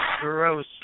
gross